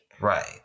Right